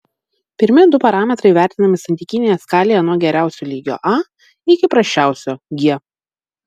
pirmi du parametrai vertinami santykinėje skalėje nuo geriausio lygio a iki prasčiausio g